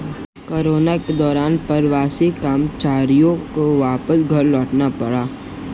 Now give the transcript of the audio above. corona के दौरान प्रवासी कर्मचारियों को वापस घर लौटना पड़ा